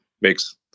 makes